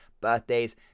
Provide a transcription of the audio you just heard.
birthdays